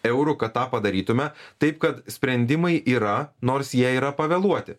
eurų kad tą padarytume taip kad sprendimai yra nors jie yra pavėluoti